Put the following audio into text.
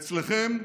אצלכם,